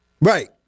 right